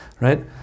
Right